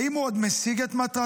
האם הוא עוד משיג את מטרתו?